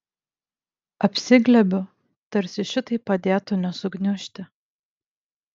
apsiglėbiu tarsi šitai padėtų nesugniužti